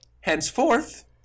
Henceforth